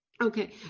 okay